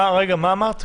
מה אמרת?